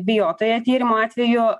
bijotoje tyrimo atvejų